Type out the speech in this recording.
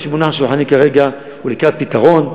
מה שמונח על שולחני כרגע הוא לקראת פתרון,